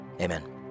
Amen